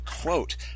quote